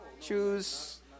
choose